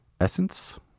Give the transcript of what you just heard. essence